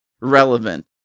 relevant